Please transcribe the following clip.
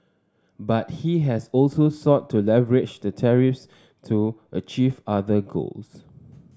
but he has also sought to leverage the tariffs to achieve other goals